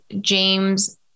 James